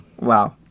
wow